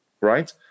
Right